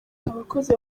abakozi